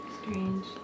Strange